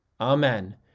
Amen